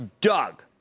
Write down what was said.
Doug